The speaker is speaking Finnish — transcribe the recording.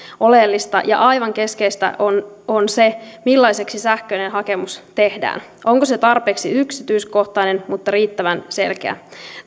oleellista ja aivan keskeistä on on se millaiseksi sähköinen hakemus tehdään onko se tarpeeksi yksityiskohtainen mutta riittävän selkeä